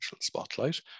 spotlight